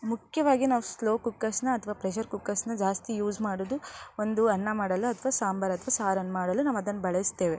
ಮುಖ್ಯವಾಗಿ ನಾವು ಸ್ಲೋ ಕುಕ್ಕರ್ಸನ್ನ ಅಥವಾ ಪ್ರೆಷರ್ ಕುಕ್ಕರ್ಸನ್ನ ಜಾಸ್ತಿ ಯೂಸ್ ಮಾಡುವುದು ಒಂದು ಅನ್ನ ಮಾಡಲು ಅಥವಾ ಸಾಂಬರ್ ಅಥವಾ ಸಾರನ್ನು ಮಾಡಲು ನಾವು ಅದನ್ನು ಬಳಸ್ತೇವೆ